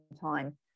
time